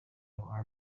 are